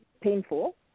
painful